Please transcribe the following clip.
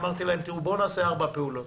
אמרתי להם: תראו, בואו נעשה ארבע פעולות: